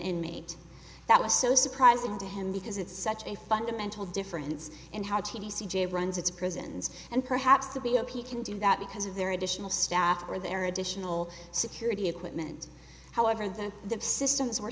inmate that was so surprising to him because it's such a fundamental difference in how t v c j runs its prisons and perhaps to be a p can do that because of their additional staff are there additional security equipment however that the systems were